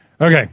Okay